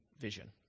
vision